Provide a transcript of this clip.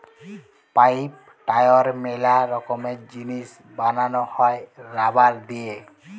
pipe, tyre ম্যালা রকমের জিনিস বানানো হ্যয় রাবার দিয়ে